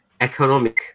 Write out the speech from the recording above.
economic